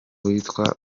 witwa